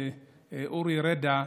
אורי רדא,